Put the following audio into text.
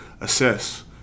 assess